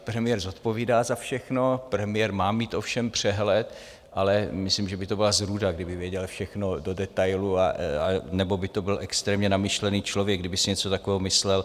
Premiér zodpovídá za všechno, premiér má mít o všem přehled, ale myslím, že by to byla zrůda, kdyby věděl všechno do detailů, anebo by to byl extrémně namyšlený člověk, kdyby si něco takového myslel.